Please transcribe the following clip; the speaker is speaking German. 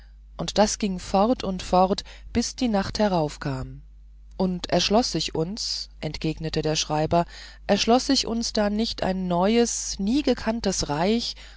und das ging fort und fort bis die nacht heraufkam und erschloß sich uns entgegnete der schreiber erschloß sich uns da nicht ein neues niegekanntes reich